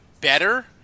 better